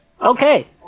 Okay